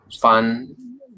fun